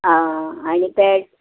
आं आनी पॅड